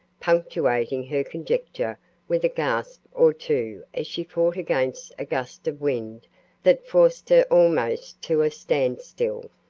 punctuating her conjecture with a gasp or two as she fought against a gust of wind that forced her almost to a standstill.